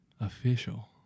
Official